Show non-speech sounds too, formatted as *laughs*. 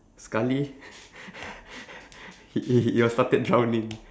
sekali *laughs* *breath* he was started drowning